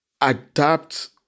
adapt